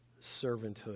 servanthood